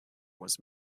was